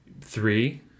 Three